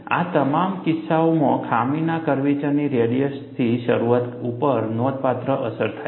આ તમામ કિસ્સાઓમાં ખામીના કર્વેચરની રેડિયસથી શરૂઆત ઉપર નોંધપાત્ર અસર થાય છે